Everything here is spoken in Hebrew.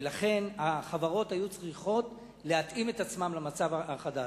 ולכן החברות היו צריכות להתאים את עצמן למצב החדש.